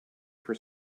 for